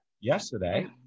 yesterday